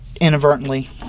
inadvertently